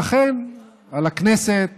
שאכן על הכנסת